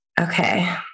Okay